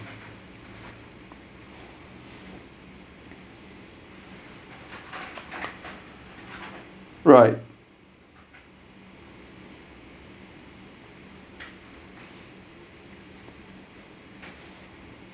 right